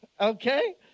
Okay